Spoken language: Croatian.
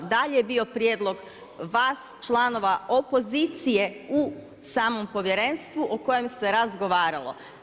Da li je bio prijedlog vas članova opozicije u samom povjerenstvu u kojem se razgovaralo.